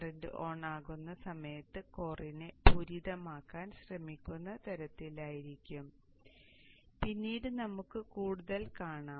current on ആകുന്ന സമയത്ത് കോറിനെ പൂരിതമാക്കാൻ ശ്രമിക്കുന്ന തരത്തിലായിരിക്കും പിന്നീട് നമുക്ക് കൂടുതൽ കാണാം